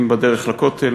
אם בדרך לכותל,